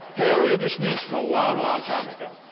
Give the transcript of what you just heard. paleo just means from a long, long time ago.